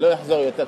לא אחזור יותר.